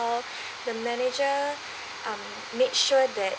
all the manager um made sure that